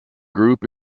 group